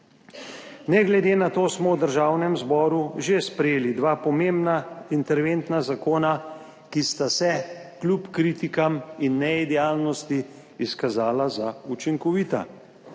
Ne glede na to smo v Državnem zboru že sprejeli dva pomembna interventna zakona, ki sta se kljub kritikam in neidealnosti izkazala za učinkovita.